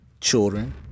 children